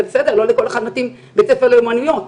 לא לכל אחד מתאים בית ספר לאמנויות,